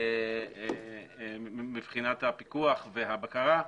מבחינת הפיקוח והבקרה,